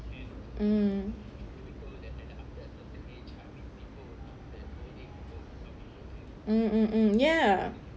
um ya